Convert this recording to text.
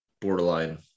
borderline